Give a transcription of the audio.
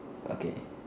okay